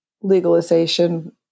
legalization